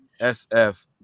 SF